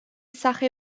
sache